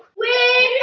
we